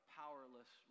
powerless